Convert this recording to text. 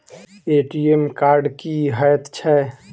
ATM card की हएत छै?